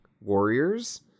warriors